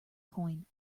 coin